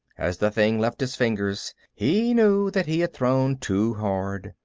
as the thing left his fingers, he knew that he had thrown too hard.